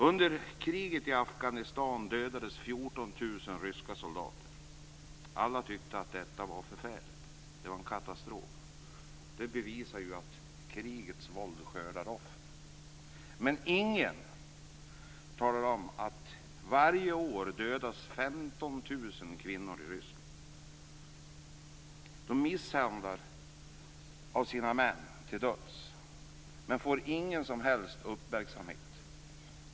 Under kriget i Afghanistan dödades 14 000 ryska soldater. Alla tyckte att detta var förfärligt. Det var en katastrof. Det bevisar ju att krigets våld skördar offer. Men ingen talar om att varje år dödas 15 000 kvinnor i Ryssland. De misshandlas till döds av sina män, men detta får ingen som helst uppmärksamhet.